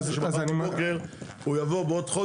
לא רוצה שמחר בבוקר הוא יבוא בעוד חודש,